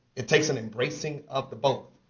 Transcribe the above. it takes an embracing of the both.